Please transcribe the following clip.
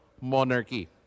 monarchy